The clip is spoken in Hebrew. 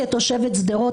כתושבת שדרות,